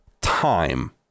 time